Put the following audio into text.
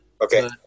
Okay